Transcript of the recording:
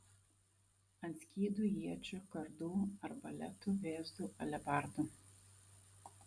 ant skydų iečių kardų arbaletų vėzdų alebardų